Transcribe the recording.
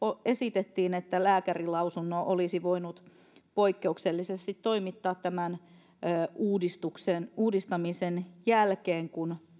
esitettiin että lääkärinlausunnon olisi voinut poikkeuksellisesti toimittaa tämän uudistamisen jälkeen kun